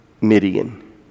Midian